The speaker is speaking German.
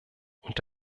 und